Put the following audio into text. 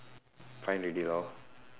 five already lor